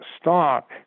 stock